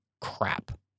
crap